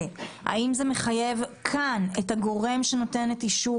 האם זה מחייב כאן את הגורם שנותן את אישור